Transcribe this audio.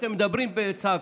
אתם מדברים בצעקות,